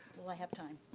will i have time?